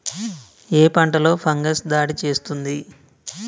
ఏ పంటలో ఫంగస్ దాడి చేస్తుంది?